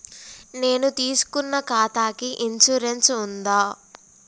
నేను తీసుకున్న ఖాతాకి ఇన్సూరెన్స్ ఉందా?